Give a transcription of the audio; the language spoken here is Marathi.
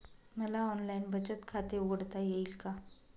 मला ऑनलाइन बचत खाते उघडता येईल का?